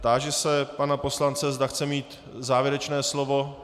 Táži se pana poslance, zda chce mít závěrečné slovo.